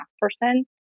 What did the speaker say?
person